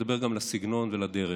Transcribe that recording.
אדבר גם על הסגנון ועל הדרך.